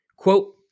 Quote